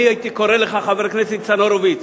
אני הייתי קורא לך, חבר הכנסת ניצן הורוביץ,